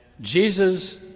Jesus